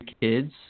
kids